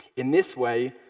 in this way,